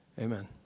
amen